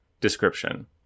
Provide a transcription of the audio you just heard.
Description